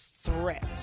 threat